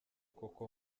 koko